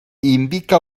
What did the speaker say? indica